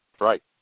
right